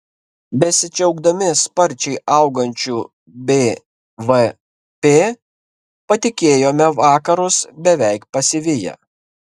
besidžiaugdami sparčiai augančiu bvp patikėjome vakarus beveik pasiviję